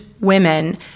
women